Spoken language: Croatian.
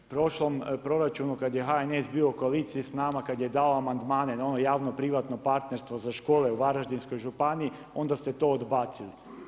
U prošlom proračunu kada je HNS bio u koaliciji s nama kada je davao amandmane na ono javno-privatno partnerstvo za škole u Varaždinskoj županiji onda ste to odbacili.